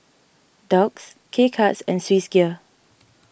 Doux K Cuts and Swissgear